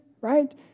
Right